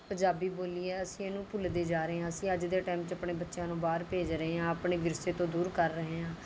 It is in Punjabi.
ਪੰਜਾਬੀ ਬੋਲੀ ਹੈ ਅਸੀਂ ਇਹਨੂੰ ਭੁੱਲਦੇ ਜਾ ਰਹੇ ਹਾਂ ਅਸੀ ਅੱਜ ਦੇ ਟਾਈਮ 'ਚ ਆਪਣੇ ਬੱਚਿਆ ਨੂੰ ਬਾਹਰ ਭੇਜ ਰਹੇ ਹਾਂ ਆਪਣੇ ਵਿਰਸੇ ਤੋਂ ਦੂਰ ਕਰ ਰਹੇ ਹਾਂ